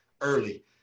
early